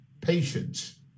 patience